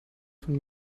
von